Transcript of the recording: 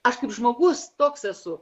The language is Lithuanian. aš kaip žmogus toks esu